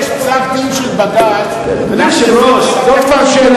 יש פסק-דין של בג"ץ, טוב.